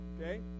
okay